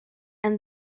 and